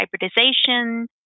hybridization